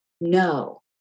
No